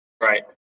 Right